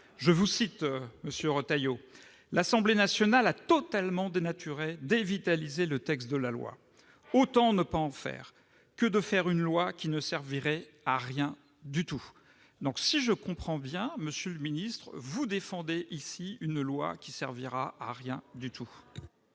Je vous cite :« L'Assemblée nationale a totalement dénaturé, dévitalisé le texte de la loi. Autant ne pas en faire que de faire une loi qui ne servirait à rien du tout !» Donc, si je comprends bien, monsieur le ministre, vous défendez ici une loi qui ne servira à rien du tout.